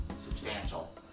substantial